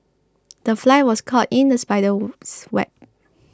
the fly was caught in the spider's web